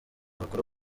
bakora